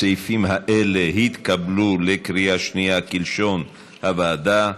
הסעיפים האלה התקבלו בקריאה שנייה כלשון הוועדה.